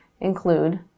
include